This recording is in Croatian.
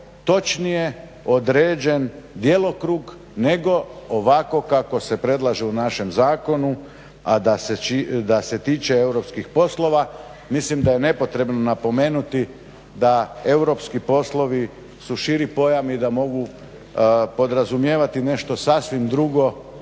točnije određen djelokrug nego ovako kako se predlaže u našem zakonu a da se tiče europskih poslova. Mislim da je nepotrebno napomenuti da europski poslovi su širi pojam i da mogu podrazumijevati nešto sasvim drugo